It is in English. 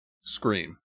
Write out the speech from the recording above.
Scream